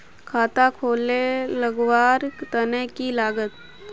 खाता खोले लगवार तने की लागत?